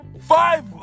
five